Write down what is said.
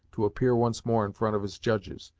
to appear once more in front of his judges,